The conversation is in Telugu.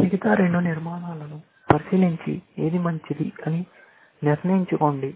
మిగతా రెండు నిర్ణయాలను పరిశీలించి ఏది మంచిది అని నిర్ణయించుకోండి